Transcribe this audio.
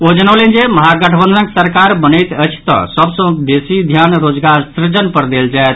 ओ जनौलनि जे महागठबंधनक सरकार बनैत अछि तऽ सभ सँ बेसी ध्यान रोजगार सृजन पर देल जायत